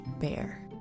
bear